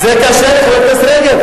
זה קשה לי, חברת הכנסת רגב.